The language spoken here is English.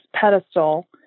pedestal